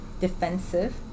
defensive